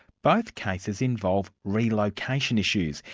both cases involved relocation issues.